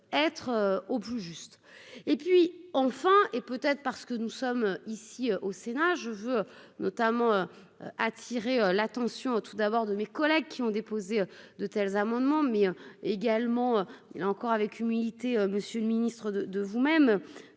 être au plus juste et puis enfin, et parce que nous sommes ici au Sénat, je veux notamment attirer l'attention tout d'abord de mes collègues qui ont déposé de tels amendements mais également, là encore, avec humilité, monsieur le Ministre de de vous-même,